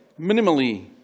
minimally